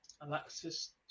Alexis